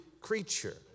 creature